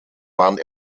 waren